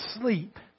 sleep